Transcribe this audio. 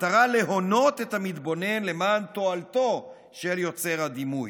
במטרה להונות את המתבונן למען תועלתו של יוצר הדימוי.